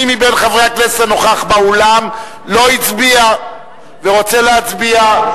מי מבין חברי הכנסת הנוכחים באולם לא הצביע ורוצה להצביע?